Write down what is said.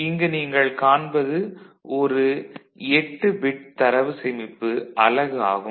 இங்கு நீங்கள் காண்பது ஒரு 8 பிட் தரவு சேமிப்பு அலகு ஆகும்